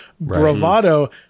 bravado